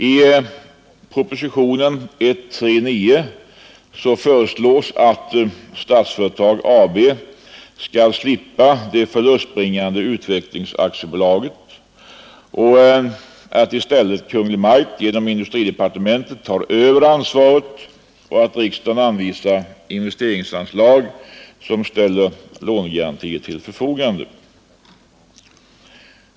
I proposition 139 föreslås att Statsföretag AB skall slippa det förlustbringande utvecklingsaktiebolaget, att i stället Kungl. Maj:t genom industridepartementet tar över ansvaret och att riksdagen anvisar investeringsanslag samt ställer lånegarantier till förfogande.